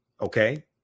Okay